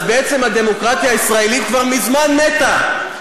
אז בעצם הדמוקרטיה הישראלית כבר מזמן מתה.